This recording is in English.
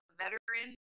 veteran